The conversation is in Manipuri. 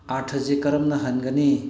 ꯑꯥꯔꯊꯁꯤ ꯀꯔꯝꯅ ꯍꯟꯒꯅꯤ